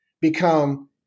become